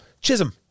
Chisholm